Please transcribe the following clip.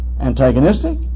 Antagonistic